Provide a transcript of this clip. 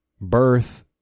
birth